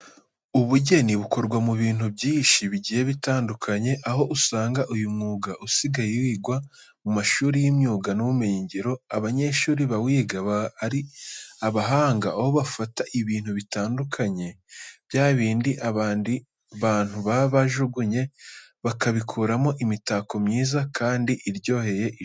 Ubugeni bukorwa mu bintu byinshi bigiye bitandukanye, aho usanga uyu mwuga usigaye wigwa mu mashuri y'imyuga n'ubumenyingiro. Abanyeshuri bawiga baba ari abahanga aho bafata ibintu bitandukanye bya bindi abandi bantu baba bajugunye bakabikuramo imitako myiza kandi iryoheye ijisho.